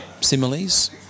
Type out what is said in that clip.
similes